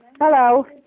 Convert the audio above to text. Hello